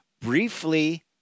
briefly